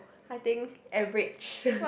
I think average